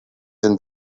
and